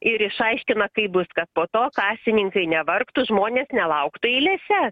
ir išaiškina kaip bus kad po to kasininkai nevargtų žmonės nelauktų eilėse